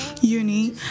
uni